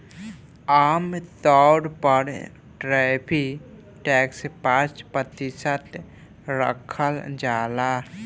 आमतौर पर tariff tax पाँच प्रतिशत राखल जाला